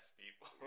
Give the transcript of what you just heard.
people